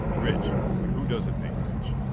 rich. but who does it make rich?